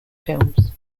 films